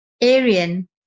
Arian